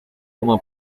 como